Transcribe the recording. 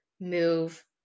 move